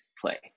play